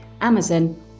Amazon